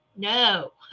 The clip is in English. No